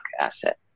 asset